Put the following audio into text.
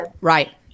Right